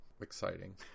Exciting